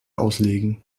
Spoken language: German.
auslegen